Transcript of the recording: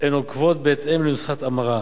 הן עוקבות בהתאם לנוסחת המרה.